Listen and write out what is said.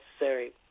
necessary